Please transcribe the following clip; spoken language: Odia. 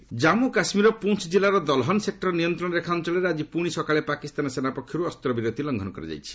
ଜେକେ ସିଜ୍ଫାୟାର୍ ଜନ୍ମୁ କାଶ୍ମୀର ପୁଞ୍ ଜିଲ୍ଲାର ଦଲ୍ହନ୍ ସେକ୍ଟର ନିୟନ୍ତ୍ରଣ ରେଖା ଅଞ୍ଚଳରେ ଆକି ପୁଣି ସକାଳେ ପାକିସ୍ତାନ ସେନା ପକ୍ଷରୁ ଅସ୍ତ୍ରବିରତି ଲଙ୍ଘନ କରାଯାଇଛି